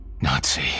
Nazi